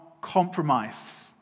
compromise